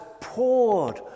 poured